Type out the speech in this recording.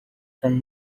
from